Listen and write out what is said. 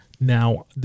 Now